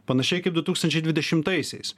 panašiai kaip du tūkstančiai dvidešimtaisiais